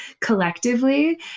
collectively